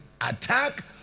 attack